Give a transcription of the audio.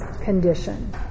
condition